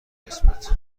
اسمت